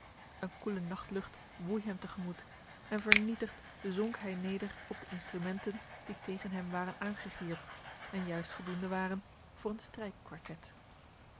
een koele nachtlucht woei hem te gemoet en vernietigd zonk hij neder op de instrumenten die tegen hem waren aangegierd en juist voldoende waren voor een